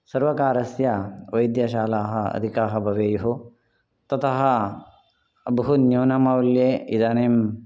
सर्वकारस्य वैद्यशालाः अधिकाः भवेयुः ततः बहु न्यूनमौल्ये इदानीं